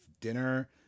dinner